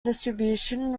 distribution